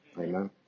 Amen